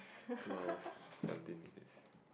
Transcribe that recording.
two hours seventeen minutes